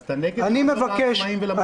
אז אתה נגד לעזור לעצמאים ולמובטלים, בועז?